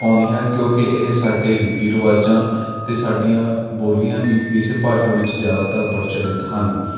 ਪਾਉਂਦੀ ਹੈ ਕਿਉਂਕਿ ਇਹ ਸਾਡੇ ਰੀਤੀ ਰਿਵਾਜਾਂ ਅਤੇ ਸਾਡੀਆਂ ਬੋਲੀਆਂ ਵੀ ਇਸੇ ਭਾਸ਼ਾ ਵਿੱਚ ਜ਼ਿਆਦਾਤਰ ਪ੍ਰਚਲਿਤ ਹਨ